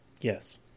yes